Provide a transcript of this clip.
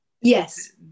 Yes